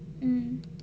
mm